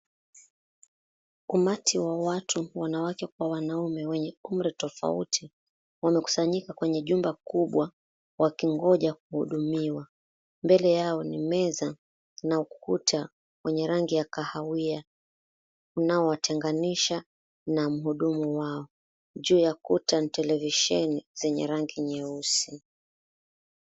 Umati wa watu, wanawake kwa wanaume wenye umri tofauti wamekusanyika kwenye jumba kubwa wakingonja kuhudumiwa. Mbele yao ni meza na ukuta wenye rangi ya kahawia unaowatenganisha na mhudumu wao. Juu ya ukuta ni televisheni zenye rangi nyeusi.